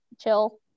chill